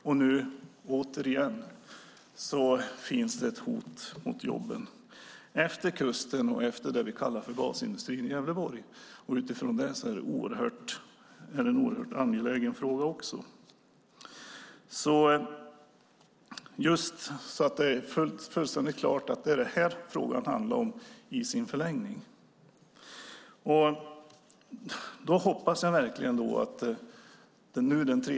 Och nu finns det återigen ett hot mot jobben efter kusten och det vi kallar basindustrin i Gävleborg. Utifrån det är det också en oerhört angelägen fråga. Jag säger detta så att det ska vara fullständigt klart att det är det här frågan handlar om i sin förlängning.